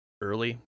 early